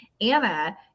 Anna